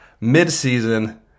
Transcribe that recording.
mid-season